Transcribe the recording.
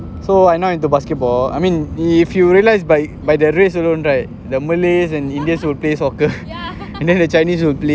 so I not into basketball I mean if you realize by by the race alone right the malays and indians would play soccer and then the chinese will play